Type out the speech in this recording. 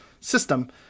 system